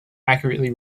accurately